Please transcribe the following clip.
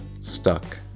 stuck